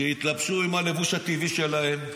שיתלבשו עם הלבוש הטבעי שלהם.